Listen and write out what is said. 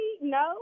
no